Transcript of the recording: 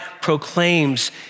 proclaims